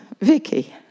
Vicky